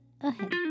ahead